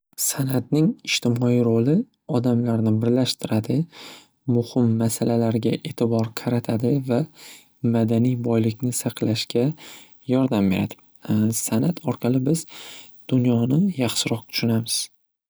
San'atning ijtimoiy ro'li odamlarni birlashtiradi. Muhim masalalarga e'tibor qaratadi va madaniy boylikni saqlashga yordam beradi. San'at orqali biz dunyoni yaxshiroq tushunamiz.